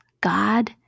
God